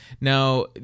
Now